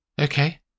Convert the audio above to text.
Okay